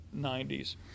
90s